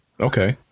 Okay